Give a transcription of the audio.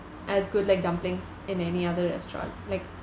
as good like dumplings in any other restaurant like